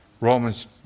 Romans